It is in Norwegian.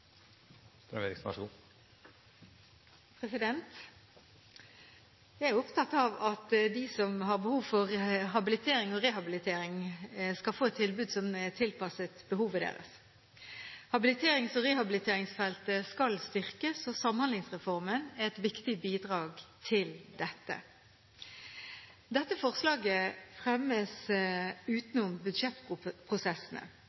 opptatt av at de som har behov for habilitering og rehabilitering, skal få et tilbud som er tilpasset behovet deres. Habiliterings- og rehabiliteringsfeltet skal styrkes. Samhandlingsreformen er et viktig bidrag til dette. Dette forslaget fremmes